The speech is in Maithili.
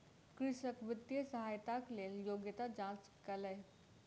कृषक वित्तीय सहायताक लेल योग्यता जांच कयल गेल